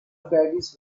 caddies